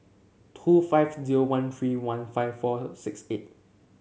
two five zero one three one five four six eight